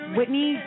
Whitney